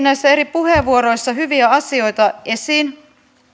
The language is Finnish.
näissä eri puheenvuoroissa nostettiin hyviä asioita esiin